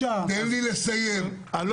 רבע שעה.